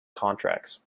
contracts